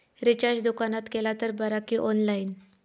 Recharge दुकानात केला तर बरा की ऑनलाइन?